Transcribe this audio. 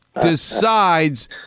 decides